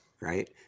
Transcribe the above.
Right